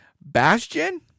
Bastion